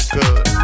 good